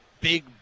big